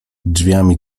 drzwiami